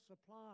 supply